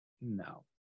No